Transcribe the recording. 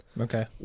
Okay